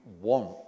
want